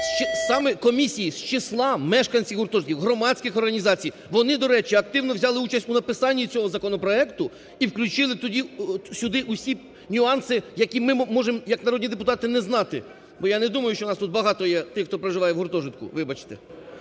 саме комісії з числа мешканців гуртожитків, громадських організацій, вони, до речі, активно взяли участь у написанні цього законопроекту і включили тоді сюди всі нюанси, які ми можемо як народні депутати не знати. Бо я не думаю, що у нас тут багато є тих, хто проживає в гуртожитку, вибачте.